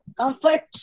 comfort